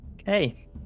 Okay